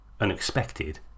unexpected